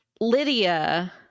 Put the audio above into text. Lydia